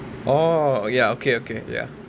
orh ya okay okay ya